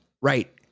right